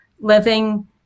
living